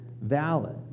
valid